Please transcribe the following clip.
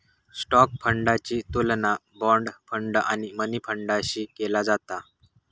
stock फंडाची तुलना bond fund आणि मनी फंडाशी केली जाता